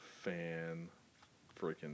fan-freaking-